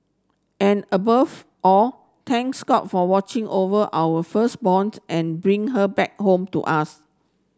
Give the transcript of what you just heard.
and above all thanks God for watching over our and bring her back home to us